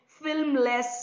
filmless